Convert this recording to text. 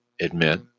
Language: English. admit